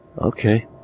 Okay